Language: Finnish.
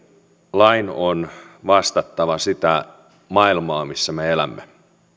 lain on vastattava sitä maailmaa missä me elämme